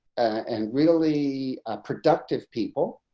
and really productive people.